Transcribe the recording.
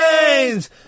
chains